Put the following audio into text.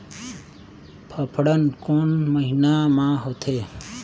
फाफण कोन महीना म होथे?